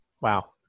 Wow